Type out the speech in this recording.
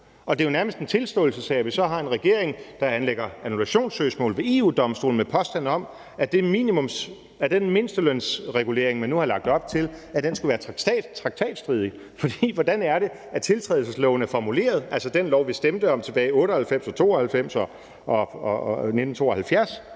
det er jo nærmest en tilståelsessag, at vi så har en regering, der anlægger annullationssøgsmål ved EU-Domstolen med påstand om, at den mindstelønsregulering, man nu har lagt op til, skulle være traktatstridig. For hvordan er det, at tiltrædelsesloven – altså den lov, vi stemte om tilbage i 1972, 1992 og 1998